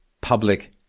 public